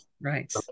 right